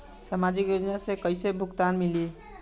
सामाजिक योजना से कइसे भुगतान मिली?